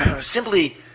Simply